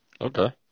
Okay